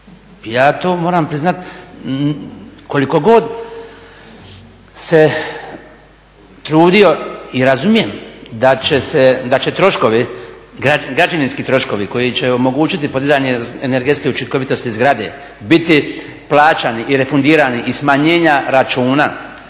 Ja to moram priznati, koliko god se trudio i razumijem da će troškovi, građevinski troškovi koji će omogućiti podizanje energetske učinkovitosti zgrade biti plaćani i refundirani i smanjenja računa